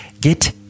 get